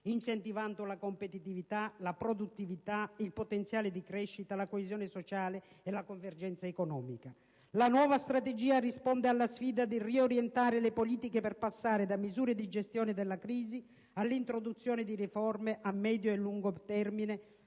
incentivando la competitività, la produttività, il potenziale di crescita, la coesione sociale e la convergenza economica. La nuova strategia risponde alla sfida di riorientare le politiche per passare da misure di gestione della crisi all'introduzione di riforme a medio-lungo termine